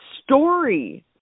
story